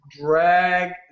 drag